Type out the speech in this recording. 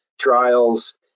trials